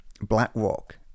BlackRock